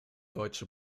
deutsche